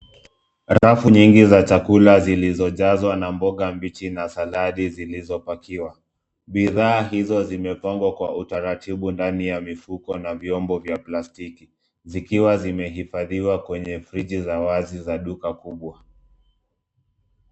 Arafu nyingi za chakula zilizo jazwa na mboga mbichi na saladi zilizopakiwa bidhaa hizo zimepangwa kwa utaratibu ndani ya mifuko na vyombo vya plastiki zikiwa vimehifadhiwa kwenye friji za wazi za duka kubwa.